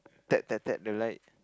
tap tap tap the light